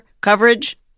coverage